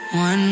One